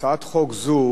הצעת חוק זו